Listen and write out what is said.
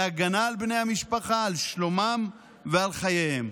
להגנה על בני המשפחה, על שלומם ועל חייהם.